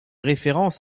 référence